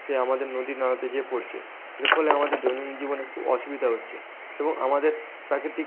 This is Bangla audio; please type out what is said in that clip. সে আমাদের নদী নালাতে যেয়ে পড়ছে এর ফলে আমাদের দৈনন্দিন জীবনে খুব অসুবিধা হচ্ছে এবং আমাদের প্রাকৃতিক